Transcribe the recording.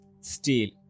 Steel